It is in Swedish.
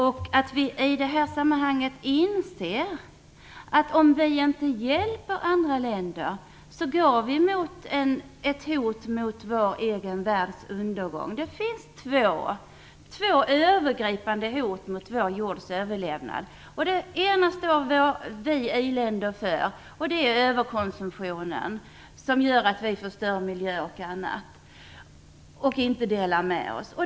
Vi måste i det här sammanhanget inse, att om vi inte hjälper andra länder går vi mot vår världs undergång. Det finns två övergripande hot mot vår jords överlevnad. Det ena står vi i-länder för, och det är överkonsumtionen, som gör att vi förstör miljö och annat och att vi inte delar med oss.